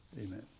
Amen